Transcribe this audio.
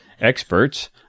Experts